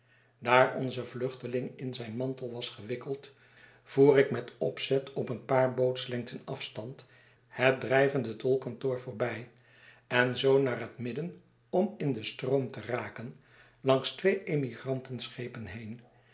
daar onze vluchteling in zijn mantel was gewikkeld voer ik met opzet op een paar bootslengten afstand het drijvende tolkantoor voorbij en zoo naar het midden om in den stroom te raken langs twee emigrantenschepen heen